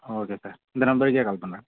okay sir இந்த நம்பருக்கே call பண்ணுறேன்